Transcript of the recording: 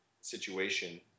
situation